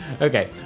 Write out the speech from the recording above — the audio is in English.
okay